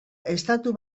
estatu